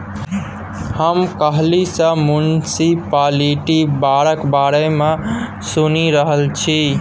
हम काल्हि सँ म्युनिसप्लिटी बांडक बारे मे सुनि रहल छी